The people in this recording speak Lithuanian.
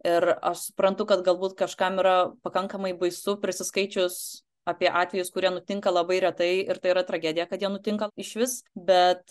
ir aš suprantu kad galbūt kažkam yra pakankamai baisu prisiskaičius apie atvejus kurie nutinka labai retai ir tai yra tragedija kad jie nutinka išvis bet